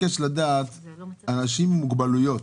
אנשים עם מוגבלויות,